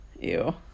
Ew